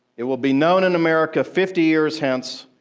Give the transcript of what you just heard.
it will be known in america, fifty years hence,